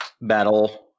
Battle